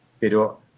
pero